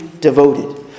devoted